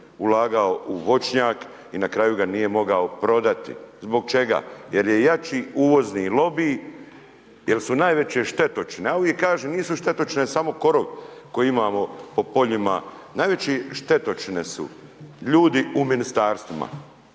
ulagao u voćnjak i na kraju ga nije mogao prodati. Zbog čega? Jer je jaki uvozni lobij, jer su najveće štetočine, a ovi kažu nisu štetočine, samo korov koji imamo po poljima. Najveći štetočine su ljudi uvoznim lobijima.